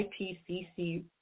IPCC